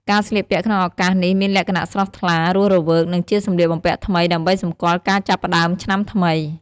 ការស្លៀកពាក់ក្នុងឱកាសនេះមានលក្ខណៈស្រស់ថ្លា រស់រវើក និងជាសម្លៀកបំពាក់ថ្មី ដើម្បីសម្គាល់ការចាប់ផ្តើមឆ្នាំថ្មី។